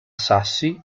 sassi